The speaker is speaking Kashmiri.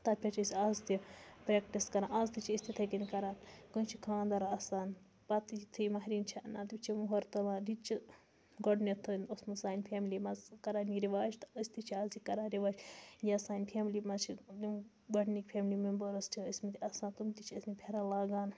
تَتھ پٮ۪ٹھ چھِ أسۍ اَز تہِ پرٛٮ۪کٹِس کَران اَز تہِ چھِ أسۍ تِتھَے کٔنۍ کَران کٲنٛسہِ چھِ خاندَر آسان پَتہٕ یُتھُے مہرٮ۪ن چھِ اَنان تٔمس چھِ موٚہَر تُلان یِتہِ چھِ گۄڈٕنٮ۪تھ اوسمُت سانہِ فیملی منٛز کَران یہِ رِواج تہٕ أسۍ تہِ چھِ اَز یہِ کَران یہِ ٲس سانہِ فیملی منٛز چھِ یِم گۄڈنِکۍ فیملی مٮ۪مبٲرٕس چھِ ٲسمٕتۍ آسان تِم تہِ چھِ ٲسمٕتۍ پھیٚرَن لاگان